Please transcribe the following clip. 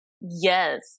Yes